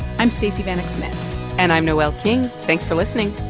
i'm stacey vanek smith and i'm noel king. thanks for listening